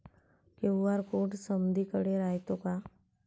QR code समदीकडे रायतो का?